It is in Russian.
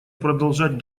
продолжать